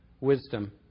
wisdom